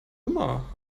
immer